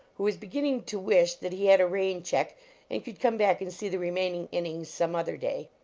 who was be ginning to wish that he had a rain-check and could come back and see the remaining innings some other day.